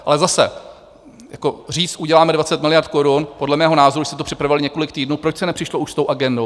Ale zase jako říct uděláme 20 miliard korun, podle mého názoru už se to připravuje několik týdnů, proč se nepřišlo už s tou agendou?